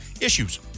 issues